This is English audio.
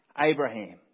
Abraham